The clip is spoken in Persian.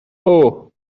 اوه